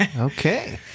Okay